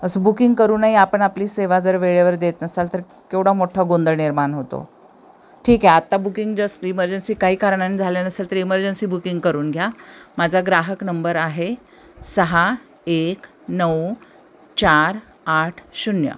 असं बुकिंग करूनही आपण आपली सेवा जर वेळेवर देत नसाल तर केवढा मोठ्ठा गोंंधळ निर्माण होतो ठीक आहे आत्ता बुकिंग जस् इमर्जन्सी काही कारणाने झाले नसेल तर इमर्जन्सी बुकिंग करून घ्या माझा ग्राहक नंबर आहे सहा एक नऊ चार आठ शून्य